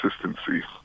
consistency